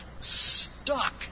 stuck